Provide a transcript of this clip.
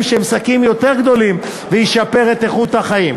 שהם שקים יותר גדולים וישפר את איכות החיים.